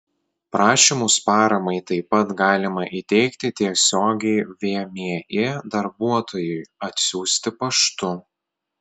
prašymus paramai taip pat galima įteikti tiesiogiai vmi darbuotojui atsiųsti paštu